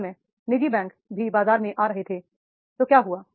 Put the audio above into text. उस समय निजी बैंक भी बाजार में आ रहे थे तो क्या हुआ